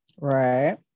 Right